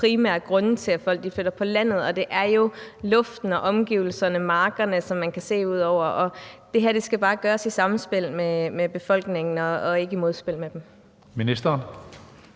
de primære grunde til, at folk flytter på landet. Det er jo luften, omgivelserne og markerne, som man kan se ud over. Det her skal bare gøres i samspil med befolkningen og ikke i modspil med dem. Kl.